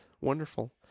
Wonderful